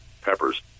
peppers